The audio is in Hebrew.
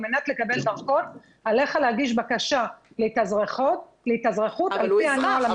על מנת לקבל דרכון עליך להגיש בקשה להתאזרחות על פי הנוהל המזורז.